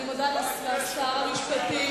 אני מודה לשר המשפטים.